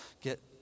get